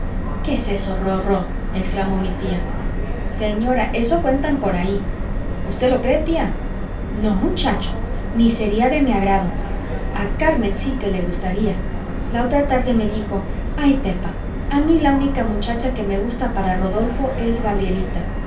qué es eso rorró exclamó mi tía señora eso cuentan por ahí usted lo cree tía no muchacho ni sería de mi agrado a carmen sí que le gustaría la otra tarde me dijo ay pepa a mí la única muchacha que me gusta para rodolfo es gabrielita